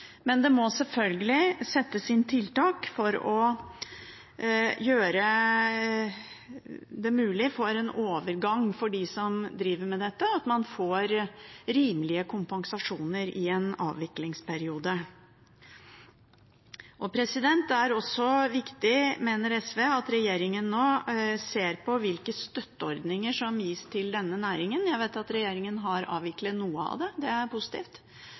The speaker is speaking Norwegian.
Men det må selvfølgelig settes inn tiltak for å gjøre det mulig med en overgang for dem som driver med dette, og at man får rimelig kompensasjon i en avviklingsperiode. Det er også viktig, mener SV, at regjeringen nå ser på hvilke støtteordninger som gis til denne næringen. Jeg vet at regjeringen har avviklet noe av det – det er positivt